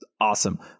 awesome